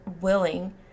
willing